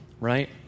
right